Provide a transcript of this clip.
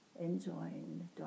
enjoying